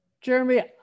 Jeremy